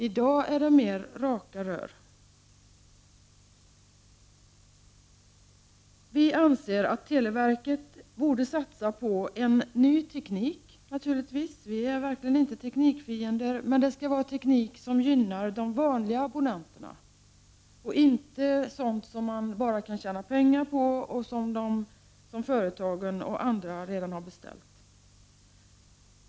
I dag är det mer raka rör. Vi anser att televerket borde satsa på en ny teknik. Vi är verkligen inte teknikfiender. Men det skall vara teknik som gynnar de vanliga abonnenterna och inte sådan som man bara kan tjäna pengar på och som företagen redan har beställt.